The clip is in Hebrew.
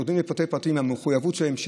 שיורדים לפרטי פרטים במחויבות שלהם.